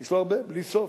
יש לו הרבה, בלי סוף.